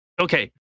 okay